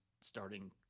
starting